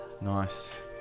nice